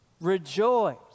Rejoice